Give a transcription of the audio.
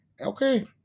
Okay